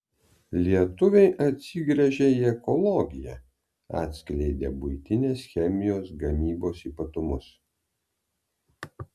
lietuviai atsigręžia į ekologiją atskleidė buitinės chemijos gamybos ypatumus